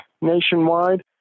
nationwide